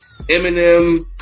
Eminem